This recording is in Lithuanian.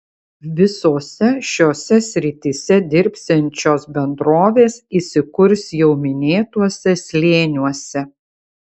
visose šiose srityse dirbsiančios bendrovės įsikurs jau minėtuose slėniuose